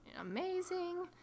amazing